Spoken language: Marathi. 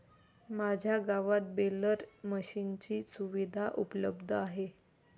माझ्या गावात बेलर मशिनरी सुविधा उपलब्ध आहे